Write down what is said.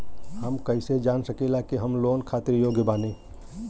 हम कईसे जान सकिला कि हम लोन खातिर योग्य बानी?